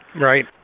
Right